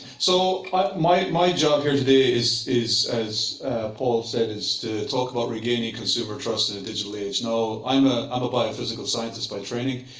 so my my job here today is, as paul said, is to talk about regaining consumer trust in the digital age. now, i'm a ah biophysical scientist by training.